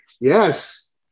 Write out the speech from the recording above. yes